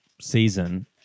season